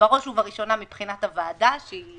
בראש ובראשונה מבחינת הוועדה, שהיא